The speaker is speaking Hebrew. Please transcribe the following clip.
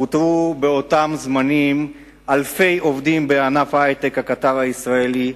פוטרו באותם זמנים אלפי עובדים בענף ההיי-טק הישראלי.